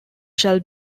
shall